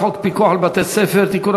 הצעת חוק פיקוח על בתי-ספר (תיקון,